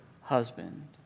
husband